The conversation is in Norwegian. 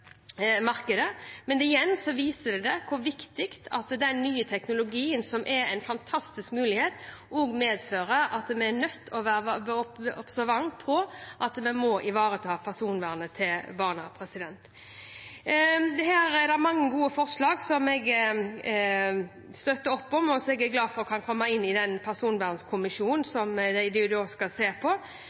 markedet, men igjen: Det viser hvordan den nye teknologien, som er en fantastisk mulighet, medfører at vi er nødt til å være observante på at vi må ivareta personvernet til barna. Her er det mange gode forslag som jeg støtter opp om, og som jeg er glad for kan komme inn i den personvernkommisjonen som en skal se på,